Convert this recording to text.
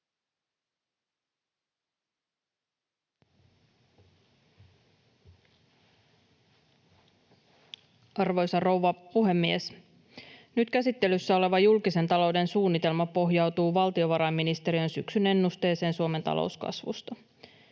Arvoisa rouva puhemies! Nyt käsittelyssä oleva julkisen talouden suunnitelma pohjautuu valtiovarainministeriön syksyn ennusteeseen Suomen talouskasvusta.